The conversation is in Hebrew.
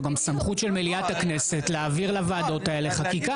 זו גם סמכות של מליאת הכנסת להעביר לוועדות האלה חקיקה.